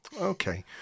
Okay